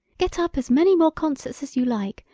get up as many more concerts as you like.